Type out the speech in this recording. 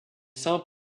saints